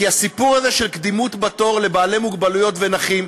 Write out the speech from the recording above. כי הסיפור הזה של קדימות בתור לבעלי מוגבלויות ונכים,